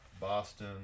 Boston